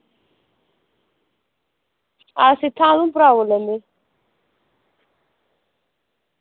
अस इत्थां उधमपुरा बोल्ला नै आं